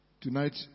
Tonight